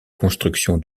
construction